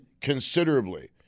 considerably